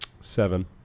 seven